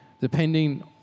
depending